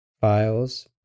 Files